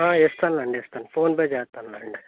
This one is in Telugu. ఇస్తాను లేండి ఇస్తాను ఫోన్పే చేస్తానులేండి